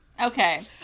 Okay